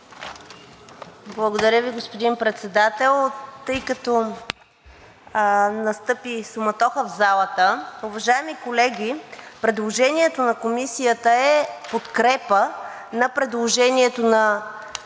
Благодаря Ви, господин Председател. Тъй като настъпи суматоха в залата, уважаеми колеги, предложението на Комисията е подкрепа на предложението на